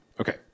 Okay